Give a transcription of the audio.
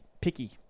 Picky